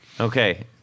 Okay